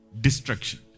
Destruction